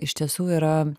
iš tiesų yra